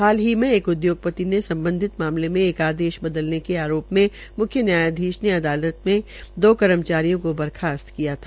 हाल ही में एक उद्योगप्रति से सम्बधित मामले मे एक आदेश बदलने के आरो में म्ख्य न्यायाधीश ने अदालत ने दो कर्मचारियों को बर्खास्त कर दिया था